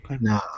No